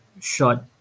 short